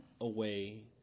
away